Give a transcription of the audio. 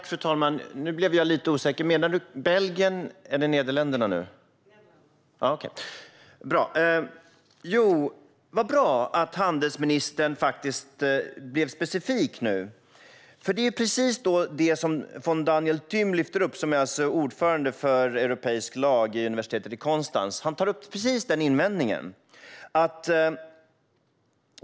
Fru talman! Nu blev jag lite osäker. Menar du Belgien eller Nederländerna? : Nederländerna.) Bra! Vad bra att handelsministern blev specifik nu. Daniel Thym, som är professor i europeisk lag vid universitetet i Konstanz, tar upp precis den invändningen.